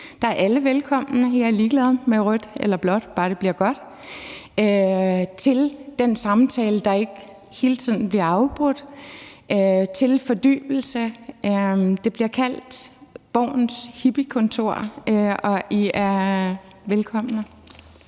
bare det bliver godt – til den samtale, der ikke hele tiden bliver afbrudt, til fordybelse. Det bliver kaldt Borgens hippiekontor, og I er velkomne.